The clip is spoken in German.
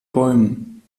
bäumen